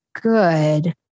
good